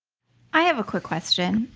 i have a quick question.